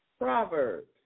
Proverbs